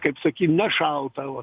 kaip sakyt nešalta o